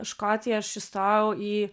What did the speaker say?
škotijoj aš įstojau į